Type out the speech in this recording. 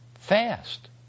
fast